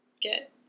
get